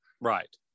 Right